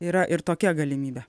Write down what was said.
yra ir tokia galimybė